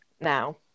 now